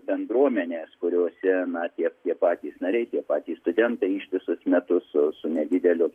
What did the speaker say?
bendruomenės kuriose na tiek tie patys nariai tie patys studentai ištisus metus su nedideliu